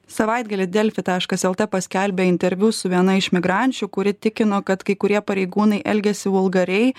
savaitgalį delfi taškas lt paskelbė interviu su viena iš migrančių kuri tikino kad kai kurie pareigūnai elgiasi vulgariai